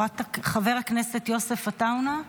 חבר הכנסת יוסף עטאונה,